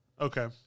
Okay